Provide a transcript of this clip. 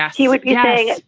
he would be saying,